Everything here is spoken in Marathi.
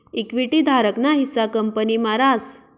इक्विटी धारक ना हिस्सा कंपनी मा रास